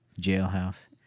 jailhouse